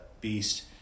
beast